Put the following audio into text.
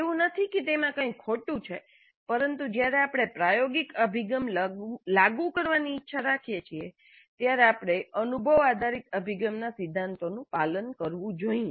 એવું નથી કે તેમાં કંઈપણ ખોટું છે પરંતુ જ્યારે આપણે પ્રાયોગિક અભિગમ લાગુ કરવાની ઇચ્છા રાખીએ છીએ ત્યારે આપણે અનુભવ આધારિત અભિગમના સિદ્ધાંતોનું પાલન કરવું જોઈએ